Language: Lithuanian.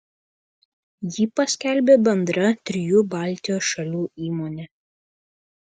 jį paskelbė bendra trijų baltijos šalių įmonė